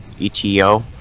ETO